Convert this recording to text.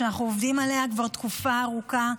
שאנחנו עובדים עליה כבר תקופה ארוכה,